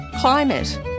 climate